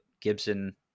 Gibson